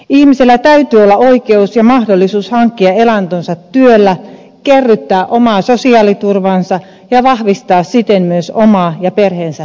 ihmisellä täytyy olla oikeus ja mahdollisuus hankkia elantonsa työllä kerryttää omaa sosiaaliturvaansa ja vahvistaa siten myös omaa ja perheensä hyvinvointia